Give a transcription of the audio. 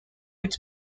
its